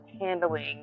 handling